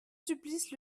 sulpice